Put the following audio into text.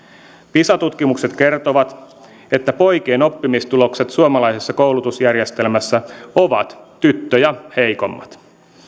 pisa tutkimukset kertovat että poikien oppimistulokset suomalaisessa koulutusjärjestelmässä ovat tyttöjä heikommat